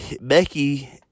Becky